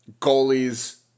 goalies